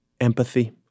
empathy